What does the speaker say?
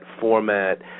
format